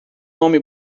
nome